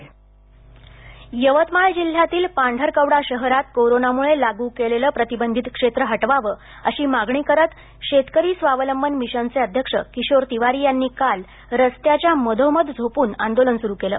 आंदोलन यवतमाळ जिल्ह्यातील पांढरकवडा शहरात कोरोनामुळे लागू केलेलं प्रतिबंधित क्षेत्र हटवावं अशी मागणी करत शेतकरी स्वावलंबन मिशन चे अध्यक्ष किशोर तिवारी यांनी काल रस्त्याच्या मधोमध झोपून आंदोलन सुरू केलं